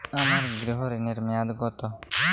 আমার গৃহ ঋণের মেয়াদ কত?